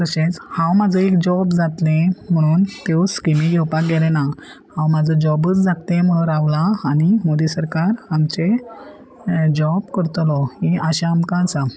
तशेंच हांव म्हजो एक जॉब जातलें म्हणून त्यो स्किमी घेवपाक गेले ना हांव म्हाजो जॉबूच जातलें म्हणून रावला आनी मोदी सरकार आमचे जॉब करतलो ही आशा आमकां आसा